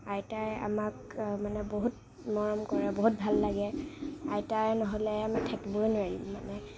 আইতাই আমাক মানে বহুত মৰম কৰে বহুত ভাল লাগে আইতা নহ'লে আমি থাকিবই নোৱাৰিম মানে